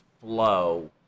flow